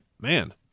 man